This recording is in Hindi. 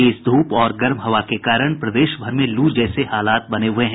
तेज धूप और गर्म हवा के कारण प्रदेश भर में लू जैसे हालात बने हुए हैं